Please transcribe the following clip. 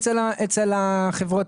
אצל החברות,